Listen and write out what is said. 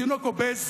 תינוק "אובז",